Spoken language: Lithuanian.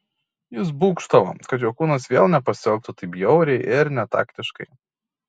jis būgštavo kad jo kūnas vėl nepasielgtų taip bjauriai ir netaktiškai